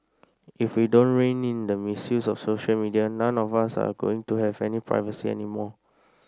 if we don't rein in the misuse of social media none of us are going to have any privacy anymore